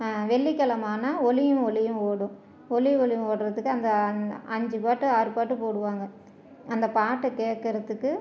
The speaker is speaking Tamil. வெள்ளிக்கிழம ஆனால் ஒலியும் ஒளியும் ஓடும் ஒலியும் ஒளியும் ஓடுறதுக்கு அந்த அஞ்சு பாட்டு ஆறு பாட்டு போடுவாங்க அந்த பாட்டை கேட்குறதுக்கு